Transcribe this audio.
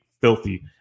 filthy